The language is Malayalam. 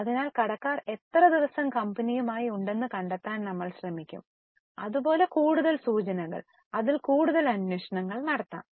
അതിനാൽ കടക്കാർ എത്ര ദിവസം കമ്പനിയുമായി ഉണ്ടെന്ന് കണ്ടെത്താൻ നമ്മൾ ശ്രമിക്കും അത് പോലെ കൂടുതൽ സൂചനകൾ അതിൽ കൂടുതൽ അന്വേഷണം നടത്താം